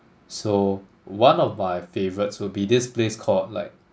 so one of my favourites will be this place called like